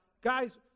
guys